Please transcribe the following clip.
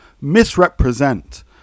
misrepresent